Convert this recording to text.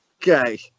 Okay